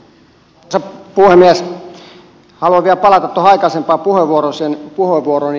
haluan vielä palata tuohon aikaisempaan puheenvuorooni